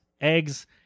eggs